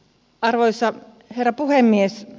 arvoisa herra puhemies